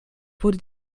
wurde